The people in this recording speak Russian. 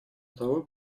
того